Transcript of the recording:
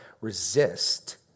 resist